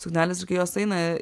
suknelės ir kai jos eina